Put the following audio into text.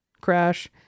crash